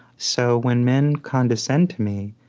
so when men condescend to me,